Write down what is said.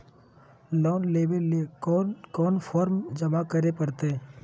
Loan लेवे ले कोन कोन फॉर्म जमा करे परते?